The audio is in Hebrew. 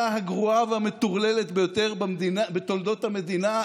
הממשלה הגרועה והמטורללת ביותר בתולדות המדינה.